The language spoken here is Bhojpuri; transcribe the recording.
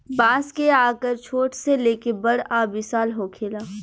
बांस के आकर छोट से लेके बड़ आ विशाल होखेला